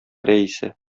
рәисе